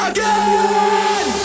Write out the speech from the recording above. Again